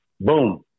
Boom